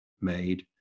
made